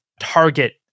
Target